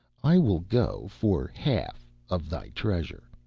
i will go for half of thy treasure.